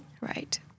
Right